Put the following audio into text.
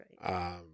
right